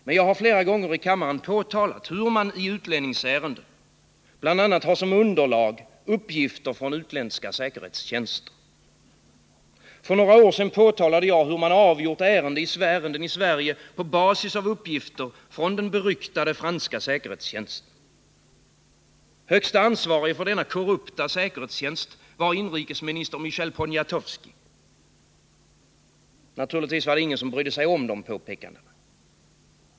Men jag har flera gånger i kammaren påtalat hur man i utlänningsärenden bl.a. har som underlag uppgifter från utländska säkerhetstjänster. För några år sedan påtalade jag hur man avgjort ärenden i Sverige på basis av uppgifter från den beryktade franska säkerhetstjänsten. Högste ansvarige för denna korrupta säkerhets tjänst var inrikesminister Michel Poniatowski. Naturligtvis var det ingen som brydde sig om dessa påpekanden.